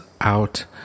out